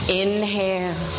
inhale